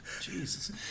Jesus